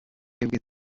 twebwe